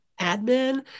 admin